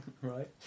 Right